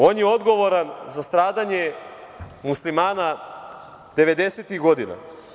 On je odgovoran za stradanje Muslimana devedesetih godina.